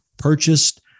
Purchased